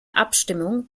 abstimmung